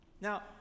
Now